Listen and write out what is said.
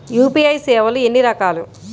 UPI సేవలు ఎన్నిరకాలు?